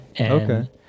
Okay